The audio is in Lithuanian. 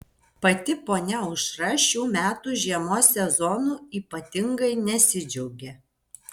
pati ponia aušra šių metų žiemos sezonu ypatingai nesidžiaugia